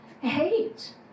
hate